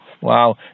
wow